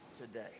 today